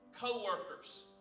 Co-workers